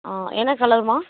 ஆ என்ன கலர் அம்மா